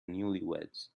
newlyweds